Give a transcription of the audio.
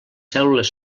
cèl·lules